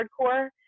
hardcore